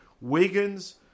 Wiggins